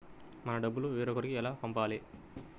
మన డబ్బులు వేరొకరికి ఎలా పంపాలి?